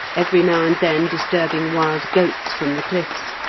every now and then disturbing wild goats from the cliffs,